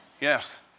Yes